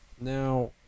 Now